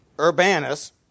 Urbanus